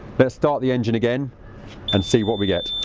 let's start the engine again and see what we get.